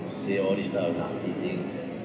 say all this stuff and nasty things and